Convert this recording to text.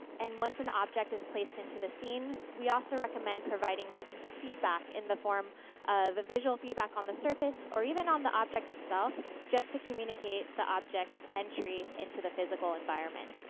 and once an object is placed into the scene, we also recommend providing feedback in the form of visual feedback on the surface or even on the object itself just to communicate the object's entry into the physical environment.